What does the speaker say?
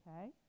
Okay